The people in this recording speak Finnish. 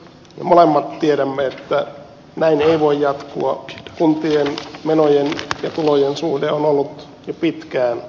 molemmat tiedämme että nainen voi jatkua tulvivien menojen ja tulojen osuuden on ollut jo pitkään